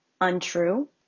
untrue